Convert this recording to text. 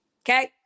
okay